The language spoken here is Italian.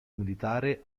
militare